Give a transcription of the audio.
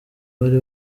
bari